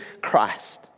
Christ